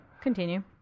continue